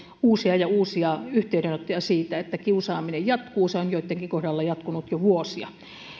uusia ja uusia yhteydenottoja siitä että kiusaaminen jatkuu se on joittenkin kohdalla jatkunut jo vuosia